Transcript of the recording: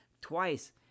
twice